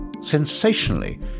Sensationally